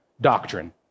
doctrine